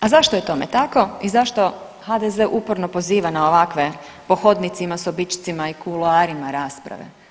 A zašto je tome tako i zašto HDZ uporno poziva na ovakve po hodnicima, sobičcima i kuloarima rasprave?